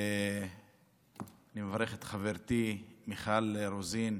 ואני מברך את חברתי מיכל רוזין,